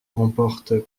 comporte